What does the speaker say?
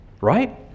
right